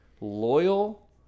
loyal